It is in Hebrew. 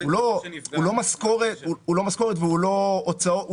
הוא לא משכורת והוא לא מחזיר הוצאות.